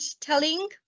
telling